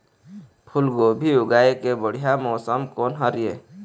फूलगोभी उगाए के बढ़िया मौसम कोन हर ये?